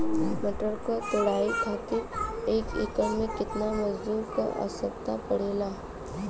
मटर क तोड़ाई खातीर एक एकड़ में कितना मजदूर क आवश्यकता पड़ेला?